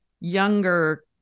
younger